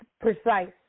precise